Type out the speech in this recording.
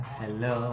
hello